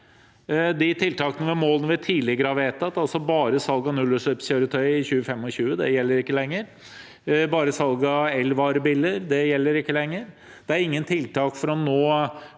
De tiltakene og målene vi tidligere har vedtatt, som bare salg av nullutslippskjøretøy i 2025, gjelder ikke lenger. Bare salg av elvarebiler gjelder ikke lenger. Det er ingen tiltak for å nå